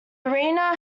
arena